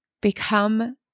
become